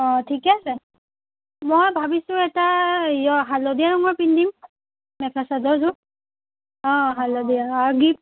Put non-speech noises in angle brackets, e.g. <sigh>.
অঁ ঠিকে আছে মই ভাবিছোঁ এটা <unintelligible> হালধীয়া ৰঙৰ পিন্ধিম মেখেলা চাদৰযোৰ অঁ হালধীয়া অঁ গিফ্ট